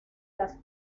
las